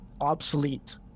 obsolete